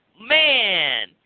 Man